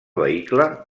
vehicle